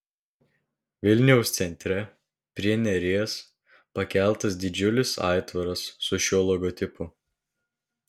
vilniaus centre prie neries pakeltas didžiulis aitvaras su šiuo logotipu